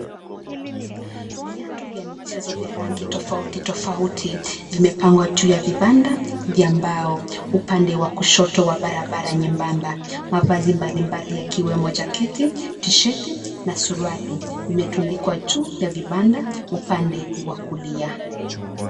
Viatu vya michezo vya rangi tofauti tofauti vimepangwa juu ya vibanda vya mbao. Upande wa kushoto wa barabara nyembamba , mavazi mbali mbali yakiwa majaketi, Tshati na suruali imetundikwa juu ya vibanda upande wa kulia.